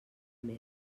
més